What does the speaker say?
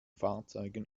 fahrzeugen